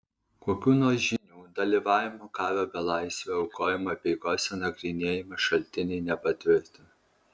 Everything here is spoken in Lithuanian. kokių nors žynių dalyvavimo karo belaisvio aukojimo apeigose nagrinėjami šaltiniai nepatvirtina